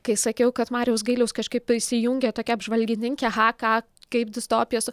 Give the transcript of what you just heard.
kai sakiau kad marijaus gailiaus kažkaip įsijungia tokia apžvalgininkė ha ka kaip distopijos